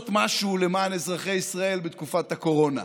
משהו למען אזרחי ישראל בתקופת הקורונה.